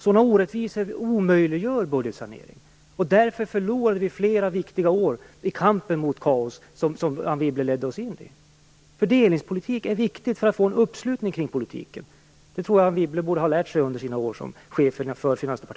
Sådana orättvisor omöjliggör budgetsanering, och därför förlorade vi flera viktiga år i kampen mot det kaos som Anne Wibble ledde oss in i. Fördelningspolitik är viktigt för att vi skall få en uppslutning kring politiken, det borde Anne Wibble ha lärt sig under sina år som chef för